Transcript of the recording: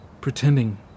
pretending